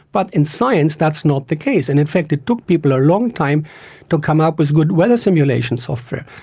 but in science that's not the case, and in fact it took people a long time to come up with good weather simulation software.